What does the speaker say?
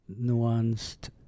nuanced